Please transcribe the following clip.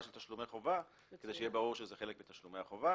"תשלום חובה" כדי שיהיה ברור שזה חלק מתשלומי החובה